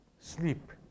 Sleep